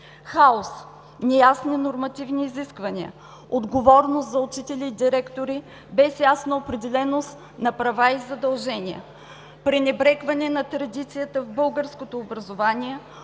Хаос, неясни нормативни изисквания, отговорност за учители и директори без ясна определеност на права и задължения, пренебрегване на традицията в българското образование,